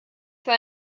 für